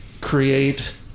create